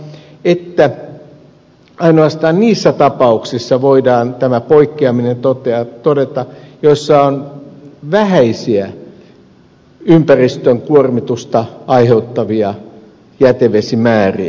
siellä todetaan että ainoastaan niissä tapauksissa voidaan tämä poikkeaminen todeta joissa on vähäisiä ympäristön kuormitusta aiheuttavia jätevesimääriä